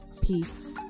Peace